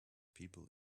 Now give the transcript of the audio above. people